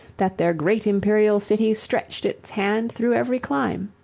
that their great imperial city stretched its hand thro' every clime.